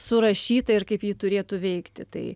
surašyta ir kaip ji turėtų veikti tai